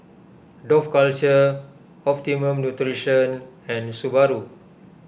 Dough Culture Optimum Nutrition and Subaru